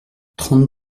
trente